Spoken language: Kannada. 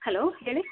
ಹಲೋ ಹೇಳಿ